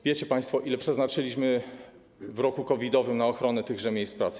Wiecie państwo, ile przeznaczyliśmy w roku COVID-owym na ochronę tychże miejsc pracy?